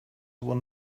will